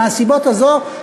מהסיבה הזאת,